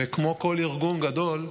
וכמו בכל ארגון גדול,